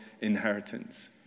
inheritance